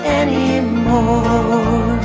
anymore